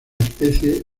especie